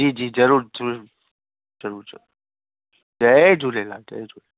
जी जी ज़ूरूरु ज ज़रूरु ज़रूरु जय झूलेलाल जय झूल